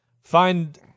find